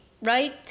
right